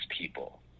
people